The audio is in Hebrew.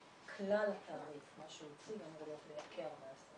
כלל התעריף מה שהוא הציג אמור לייקר מהסכום.